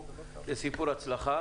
היא סיפור הצלחה.